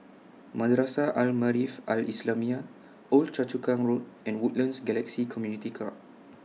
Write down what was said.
Madrasah Al Maarif Al Islamiah Old Choa Chu Kang Road and Woodlands Galaxy Community Club